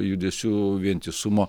judesių vientisumo